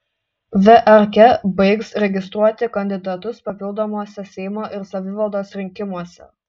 vrk baigs registruoti kandidatus papildomuose seimo ir savivaldos rinkimuose